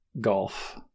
golf